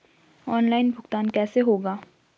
Online भुगतान कैसे होगा?